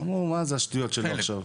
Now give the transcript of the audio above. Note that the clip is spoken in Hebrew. אמרו מה זה השטויות שלו עכשיו.